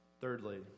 Thirdly